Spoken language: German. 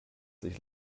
sich